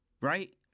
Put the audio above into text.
right